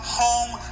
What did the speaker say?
home